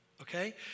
okay